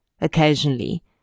Occasionally